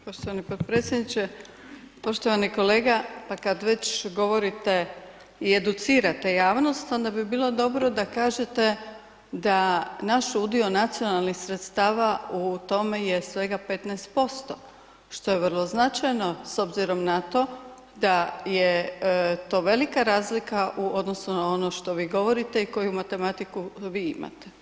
Poštovani potpredsjedniče, poštovani kolega, pa kad već govorite i educirate javnost onda bi bilo dobro da kažete da naš udio nacionalnih sredstava u tome je svega 15%, što je vrlo značajno s obzirom na to da je to velika razlika u odnosu na ono što vi govorite i koju matematiku vi imate.